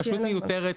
ההפניה מיותרת.